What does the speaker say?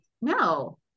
no